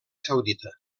saudita